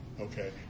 Okay